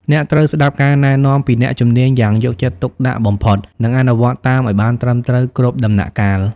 អ្នកត្រូវស្ដាប់ការណែនាំពីអ្នកជំនាញយ៉ាងយកចិត្តទុកដាក់បំផុត និងអនុវត្តតាមឱ្យបានត្រឹមត្រូវគ្រប់ដំណាក់កាល។